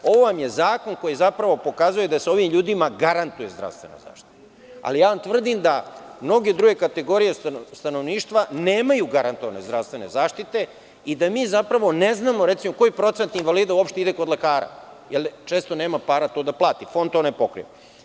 Ovo vam je zakon koji pokazuje da se ovim ljudima garantuje zdravstvena zaštita, ali ja vam tvrdim da mnoge druge kategorije stanovništva nemaju garantovane zdravstvene zaštite i da mi ne znamo koji procenat invalida uopšte ide kod lekara, jer često nema para to da plati, Fond to ne pokriva.